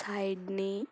Sydney